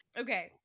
okay